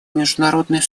международной